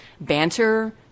banter